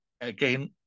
Again